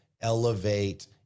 elevate